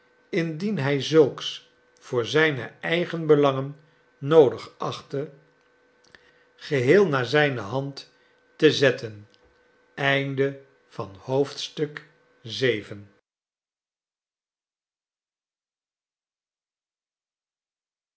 indien hij zulks voor zijne eigene belangen noodig achtte geheel naar zijne hand te zetten